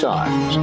Times